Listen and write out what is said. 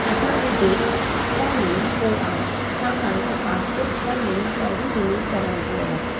असांजी डेट छह महीना पोइ आहे छाकाणि त पासपोट छह महीना पहिरीं रिन्यू कराइबो आहे